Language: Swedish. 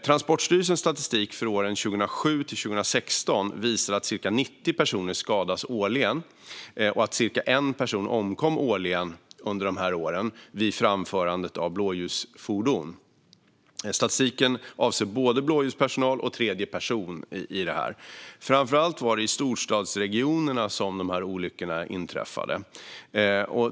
Transportstyrelsens statistik för åren 2007-2016 visar att ca 90 personer årligen skadades och att ca 1 person årligen omkom under dessa år vid framförande av blåljusfordon. Statistiken avser både blåljuspersonal och tredje person. Framför allt var det i storstadsregionerna som olyckorna inträffade.